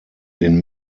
den